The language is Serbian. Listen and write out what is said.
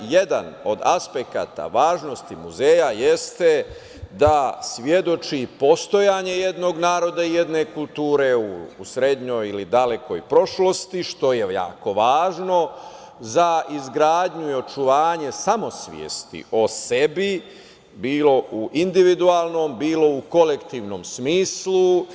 Jedan od aspekata važnosti muzeja jeste da svedoči postojanje jednog naroda, jedne kulture u srednjoj ili dalekoj prošlosti, što je jako važno za izgradnju i očuvanje samosvesti o sebi, bilo u individualno, bilo u kolektivnom smislu.